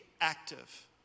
active